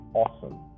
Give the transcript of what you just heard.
awesome